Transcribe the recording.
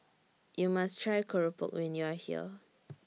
YOU must Try Keropok when YOU Are here